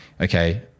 okay